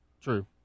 true